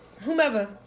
whomever